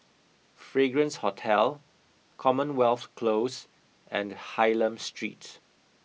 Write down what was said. Fragrance Hotel Commonwealth Close and Hylam Street